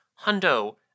hundo